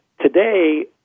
today